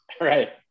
right